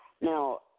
Now